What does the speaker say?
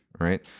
right